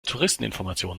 touristeninformation